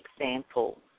example